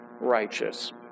righteous